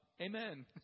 Amen